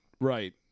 right